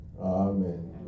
Amen